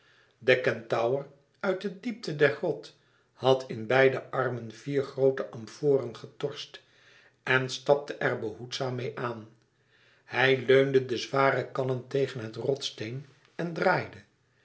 de kentaur uit de diepte der grot had in beide armen vier groote amforen getorst en stapte er behoedzaam meê aan hij leunde de zware kannen tegen het rotssteen en draaide